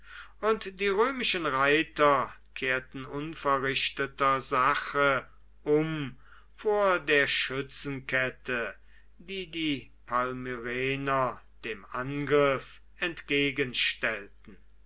und die römischen reiter kehrten unverrichteter sache um vor der schützenkette die die palmyrener dem angriff entgegenstellten